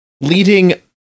leading